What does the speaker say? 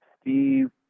Steve